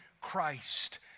Christ